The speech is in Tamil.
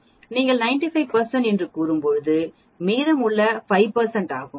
நீங்கள் 95 என்று கூறும்போது மீதமுள்ள பகுதி 5 ஆகும்